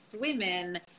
women